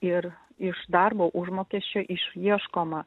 ir iš darbo užmokesčio išieškoma